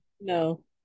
No